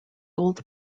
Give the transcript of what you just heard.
old